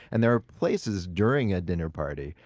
and there are places during a dinner party,